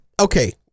Okay